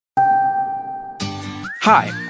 Hi